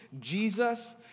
Jesus